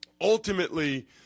Ultimately